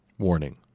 Warning